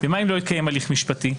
ומה אם לא יתקיים הליך משפטי?